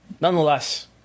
Nonetheless